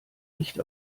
nicht